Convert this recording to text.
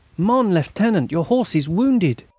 mon lieutenant, your horse is wounded.